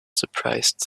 surprised